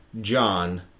John